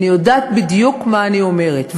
אני יודעת בדיוק מה אני אומרת.